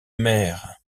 mère